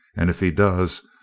and if he does,